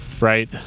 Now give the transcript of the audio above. right